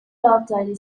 local